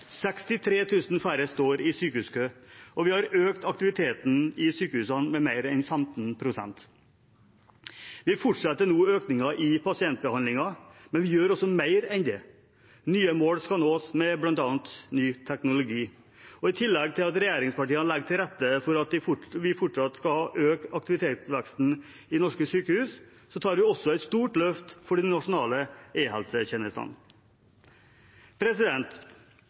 000 færre står i sykehuskø. Vi har økt aktiviteten i sykehusene med mer enn 15 pst. Vi fortsetter nå økningen i pasientbehandlingen, men vi gjør også mer enn det. Nye mål skal nås med bl.a. ny teknologi. I tillegg til at regjeringspartiene legger til rette for at vi fortsatt skal ha økt aktivitetsvekst i norske sykehus, tar vi også et stort løft for de nasjonale